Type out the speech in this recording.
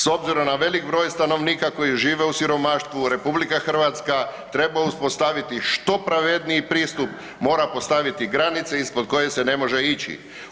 S obzirom na veliki broj stanovnika koji žive u siromaštvu RH treba uspostaviti što pravedniji pristup, mora postaviti granice ispod koje se ne može ići.